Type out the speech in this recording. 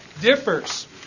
differs